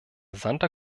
santer